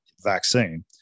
vaccine